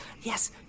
Yes